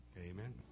amen